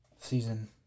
season